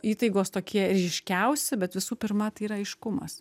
įtaigos tokie ryškiausi bet visų pirma tai yra aiškumas